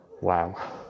Wow